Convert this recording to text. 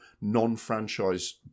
non-franchise